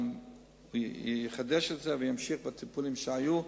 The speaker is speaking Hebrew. גם יחדש וגם ימשיך בטיפולים שהיו.